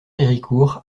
héricourt